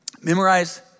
Memorize